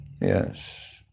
yes